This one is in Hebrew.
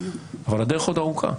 אבל הדרך עוד ארוכה.